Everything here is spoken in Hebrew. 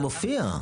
אבל זה מופיע.